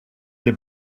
the